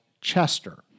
Chester